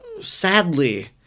Sadly